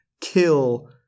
kill